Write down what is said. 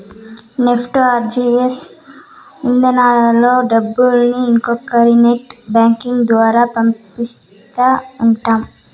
NEFT, RTGS ఇధానాల్లో డబ్బుల్ని ఇంకొకరి నెట్ బ్యాంకింగ్ ద్వారా పంపిస్తా ఉంటాం